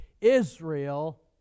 Israel